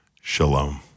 Shalom